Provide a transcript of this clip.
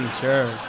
Sure